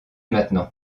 maintenant